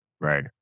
Right